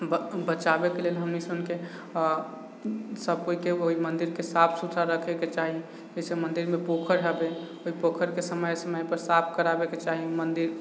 बचाबैके लेल हमनीसनीके आओर सब कोइके ओहि मन्दिरके साफ सुथरा रखैके चाही जइसे मन्दिरमे पोखरि हेबै ओहि पोखरिके समय समयपर साफ कराबैके चाही मन्दिर